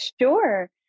sure